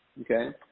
Okay